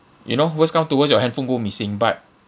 you know worst come to worst your handphone go missing but